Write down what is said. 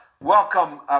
welcome